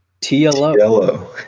TLO